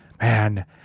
Man